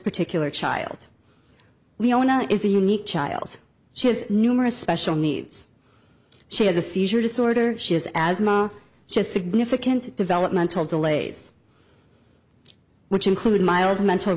particular child we all know is a unique child she has numerous special needs she has a seizure disorder she has asthma significant developmental delays which include mild mental